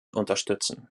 unterstützen